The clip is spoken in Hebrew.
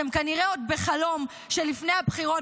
אתם כנראה עוד בחלום של לפני הבחירות